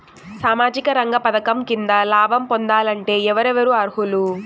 సామాజిక రంగ పథకం కింద లాభం పొందాలంటే ఎవరెవరు అర్హులు?